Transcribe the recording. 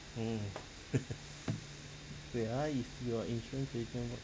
hmm wait ah if your insurance agent work